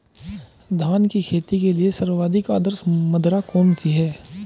धान की खेती के लिए सर्वाधिक आदर्श मृदा कौन सी है?